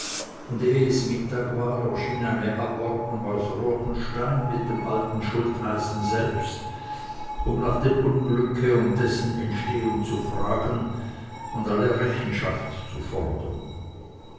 und eh es mittag war erschien eine abordnung aus ruechenstein mit dem alten schultheißen selbst um nach dem unglücke und dessen entstehung zu fragen und alle rechenschaft zu fordern